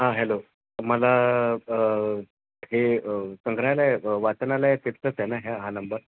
हां हॅलो मला हे संग्रहालय वाचनालय तिथलंच आहे ना ह्या हा नंबर